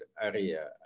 area